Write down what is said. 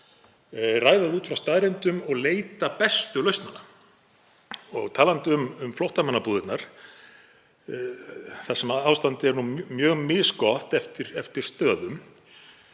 það út frá staðreyndum og leita bestu lausnar. Og talandi um flóttamannabúðirnar þar sem ástandið er mjög misgott eftir stöðum.